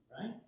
right